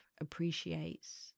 appreciates